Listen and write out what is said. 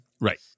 Right